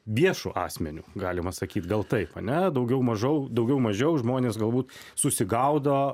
viešu asmeniu galima sakyt gal taip ane daugiau mažau daugiau mažiau žmonės galbūt susigaudo